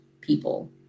people